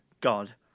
God